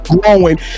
growing